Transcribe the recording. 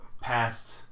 past